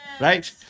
Right